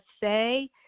say